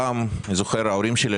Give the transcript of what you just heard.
פעם ההורים שלי,